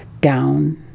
down